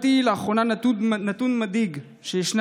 לאחרונה קיבלתי נתון מדאיג על כך שישנה